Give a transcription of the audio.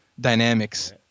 dynamics